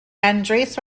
andres